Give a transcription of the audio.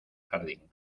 jardín